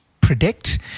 predict